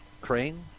crane